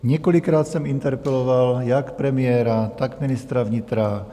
Několikrát jsem interpeloval jak premiéra, tak ministra vnitra.